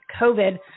COVID